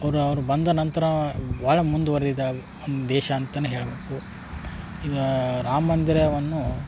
ಅವ್ರು ಅವ್ರು ಬಂದ ನಂತರ ಭಾಳ ಮುಂದ್ವರ್ದಿದೆ ಅದು ದೇಶ ಅಂತನೇ ಹೇಳ್ಬೇಕು ಈಗ ರಾಮಮಂದಿರವನ್ನು